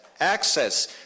access